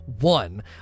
one